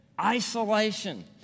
Isolation